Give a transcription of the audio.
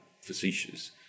facetious